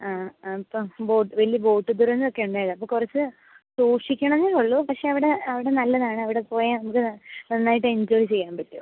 ആ അപ്പം ബോട്ട് വലിയ ബോട്ട് ദുരന്തം ഒക്കെ ഉണ്ടായതാണ് അപ്പോൾ കുറച്ച് സൂക്ഷിക്കണമെന്നേ ഉള്ളൂ പക്ഷേ അവിടെ അവിടെ നല്ലതാണ് അവിടെ പോയാൽ നമുക്ക് നന്നായിട്ട് എൻജോയ് ചെയ്യാൻ പറ്റും